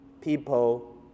people